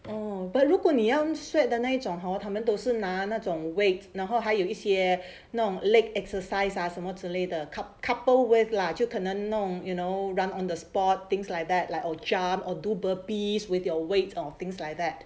oh but 如果你要 sweat 的那种 hor 他们都是拿那种 weight 然后还有一些那种 leg exercise ah 什么之类的 coup~ coupled with lah 就可能弄 you know run on the spot things like that like or job or do burpees with your weight or things like that